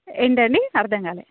ఏంటండీ అర్థం కాలేదు